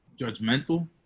judgmental